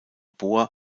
bor